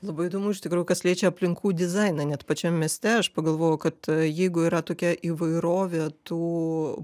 labai įdomu iš tikrųjų kas liečia aplinkų dizainą net pačiam mieste aš pagalvojau kad jeigu yra tokia įvairovė tų